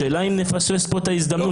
השאלה אם נפספס פה את ההזדמנות.